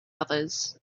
others